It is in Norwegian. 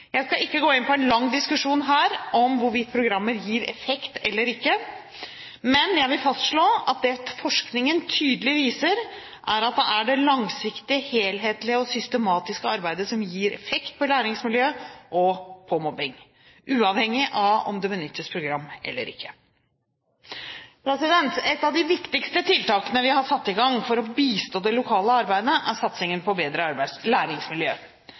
Jeg skal ikke gå inn på en lang diskusjon her om hvorvidt programmer gir effekt eller ikke, men jeg vil fastslå at det forskningen tydelig viser, er at det er det langsiktige, helhetlige og systematiske arbeidet som gir effekt på læringsmiljøet og mobbingen – uavhengig av om det benyttes program eller ikke. Et av de viktigste tiltakene vi har satt i gang for å bistå det lokale arbeidet, er satsingen Bedre læringsmiljø.